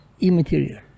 immaterial